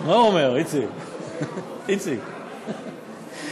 סעיף 3ג לחוק-היסוד,